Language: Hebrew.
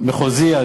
מחוזי,